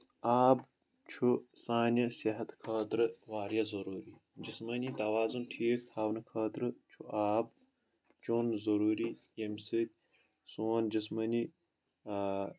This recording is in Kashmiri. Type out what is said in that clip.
آب چھُ سانہِ صحتہٕ خٲطرٕ واریاہ ضروٗری جسمٲنی توازُن ٹھیٖک تھاونہٕ خٲطرٕ چھُ آب چوٚن ضروٗری ییٚمہِ سۭتۍ سون جسمٲنی آ